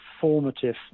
formative –